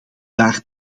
daar